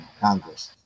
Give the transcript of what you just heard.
Congress